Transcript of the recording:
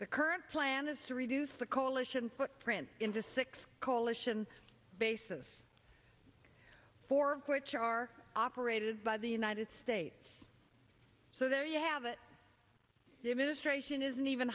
the current plan is to reduce the coalition footprint into six coalition bases for which are operated by the united states so there you have it the administration isn't even